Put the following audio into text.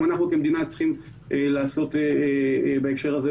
אנחנו כמדינה צריכים לעשות בהקשר הזה,